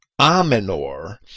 amenor